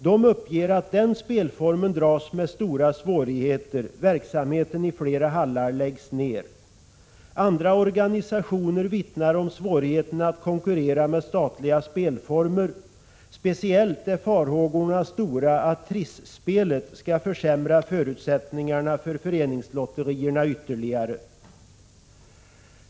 Det uppges att den spelformen dras med stora svårigheter, och verksamheten i flera hallar läggs ned. Andra organisationer vittnar om svårigheten att konkurrera med statliga spelformer — speciellt är farhågorna stora att Trisslotteriet skall försämra förutsättningarna för föreningslotterierna ytterligare.